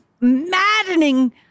maddening